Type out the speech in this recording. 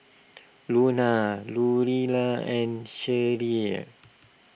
Luna Orilla and Sherrie